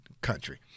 country